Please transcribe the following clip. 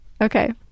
okay